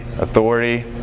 authority